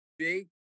Jake